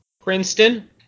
Princeton